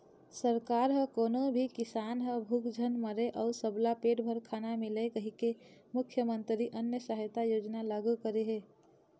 सरकार ह कोनो भी किसान ह भूख झन मरय अउ सबला पेट भर खाना मिलय कहिके मुख्यमंतरी अन्न सहायता योजना लागू करे हे